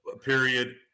period